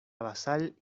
basal